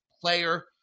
player